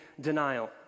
denial